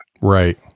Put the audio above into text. right